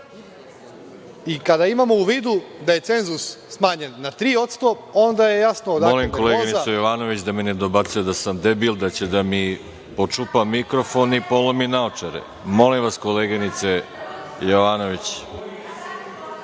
Kada imamo u vidu da je cenzus smanjen na tri posto onda je jasno…. **Veroljub Arsić** Molim, koleginicu Jovanović, da mi ne dobacuje da sam debil, da će mi počupa mikrofon i polomi naočare. Molim, vas koleginice Jovanović.